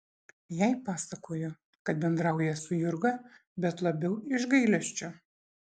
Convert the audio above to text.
jai pasakojo kad bendrauja su jurga bet labiau iš gailesčio